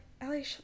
Ellie